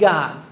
God